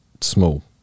small